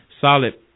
solid